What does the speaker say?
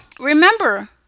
remember